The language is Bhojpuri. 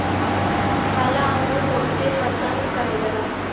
काला अंगुर बहुते पसन्द करल जाला